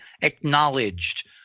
acknowledged